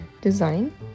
design